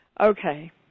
Okay